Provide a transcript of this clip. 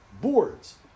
boards